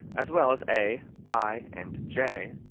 as well as a, i. and j.